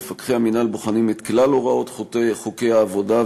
מפקחי המינהל בוחנים את כלל הוראות חוקי העבודה,